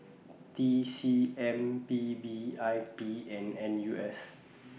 T C M P B I P and N U S